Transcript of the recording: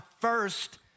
first